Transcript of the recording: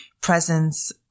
presence